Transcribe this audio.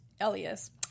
Elias